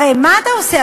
הרי מה אתה עושה?